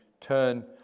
turn